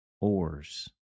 oars